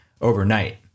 overnight